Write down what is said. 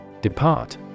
Depart